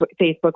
facebook